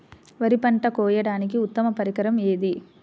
వరి పంట కోయడానికి ఉత్తమ పరికరం ఏది?